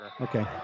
Okay